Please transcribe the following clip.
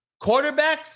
quarterbacks